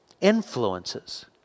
influences